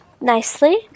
nicely